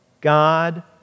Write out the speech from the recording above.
God